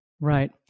Right